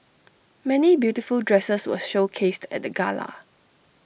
many beautiful dresses were showcased at the gala